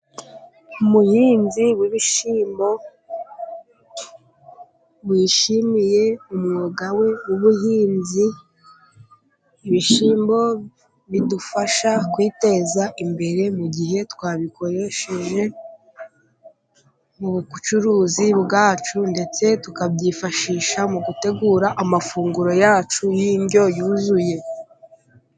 Umuhinzi w'ibishyimbo wishimiye umwuga we w'ubuhinzi. Ibishyimbo bidufasha kwiteza imbere mu gihe twabikoresheje mu bucuruzi bwacu, ndetse tukabyifashisha mu gutegura amafunguro yacu y'indyo yuzuye.